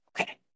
okay